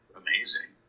amazing